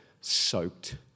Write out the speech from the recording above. soaked